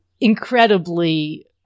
incredibly